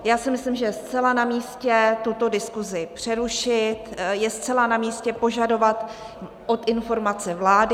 Já si myslím, že je zcela namístě tuto diskusi přerušit, je zcela namístě požadovat informace od vlády.